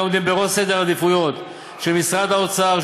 עומדים בראש סדר העדיפויות של משרד האוצר,